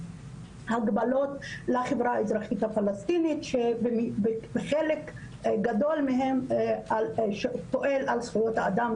הגבלות לחברה האזרחית הפלסטינית שבחלק גדול מהם פועל על זכויות האדם,